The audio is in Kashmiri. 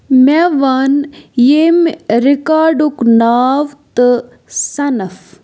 مےٚ وَن ییٚمہِ رِکاڈُک ناو تہٕ صنٕف